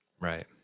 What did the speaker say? Right